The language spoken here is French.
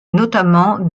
notamment